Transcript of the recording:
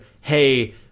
Hey